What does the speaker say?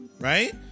Right